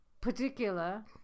Particular